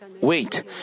wait